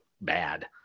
bad